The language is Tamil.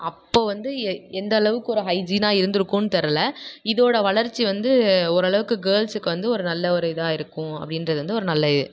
அப்போது வந்து எந்தளவுக்கு ஒரு ஹைஜீனாக இருந்திருக்குன்னு தெரில இதோட வளர்ச்சி வந்து ஓரளவுக்கு கேள்ர்ஸுக்கு வந்து ஒரு நல்ல ஒரு இதாக இருக்கு அப்படின்றது வந்து ஒரு நல்ல